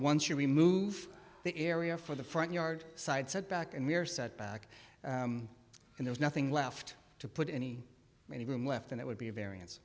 once you remove the area for the front yard side setback and we're set back and there's nothing left to put any room left in it would be a variance